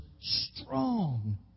strong